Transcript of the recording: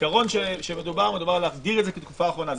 העיקרון הוא להגדיר את זה כתקופה אחרונה.